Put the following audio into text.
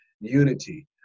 unity